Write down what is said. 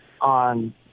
on